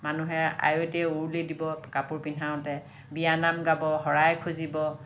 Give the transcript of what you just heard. মানুহে আয়তিয়ে উৰুলি দিব কাপোৰ পিন্ধাওঁতে বিয়া নাম গাব শৰাই খুজিব